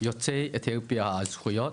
לזכויות